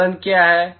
L1 क्या है